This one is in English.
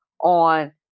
on